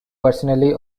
personally